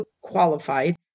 qualified